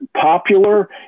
popular